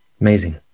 Amazing